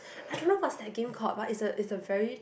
I don't know what's that game called but it's a it's a very